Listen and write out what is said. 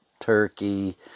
turkey